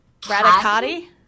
Radicati